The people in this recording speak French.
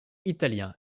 italien